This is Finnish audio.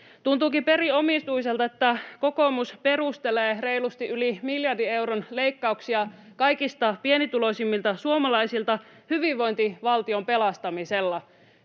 Tuntuukin perin omituiselta, että kokoomus perustelee reilusti yli miljardin euron leikkauksia kaikista pienituloisimmilta suomalaisilta hyvinvointivaltion pelastamisella.